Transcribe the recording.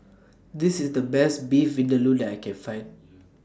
This IS The Best Beef Vindaloo that I Can Find